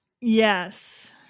Yes